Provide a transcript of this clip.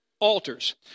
altars